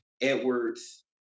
Edwards